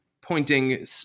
pointing